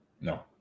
No